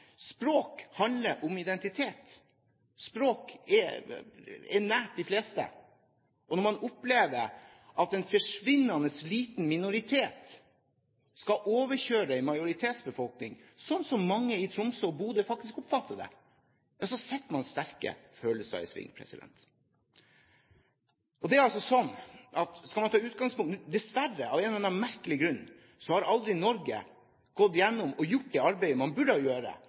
språk. Det er klart, språk handler om identitet, språk står de fleste nært, og når man opplever at en forsvinnende liten minoritet skal overkjøre en majoritetsbefolkning, slik som mange i Tromsø og Bodø faktisk oppfatter det, setter man sterke følelser i sving. Dessverre og av en eller annen merkelig grunn har aldri Norge gjort det arbeidet man burde gjøre